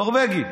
נורבגי,